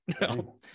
No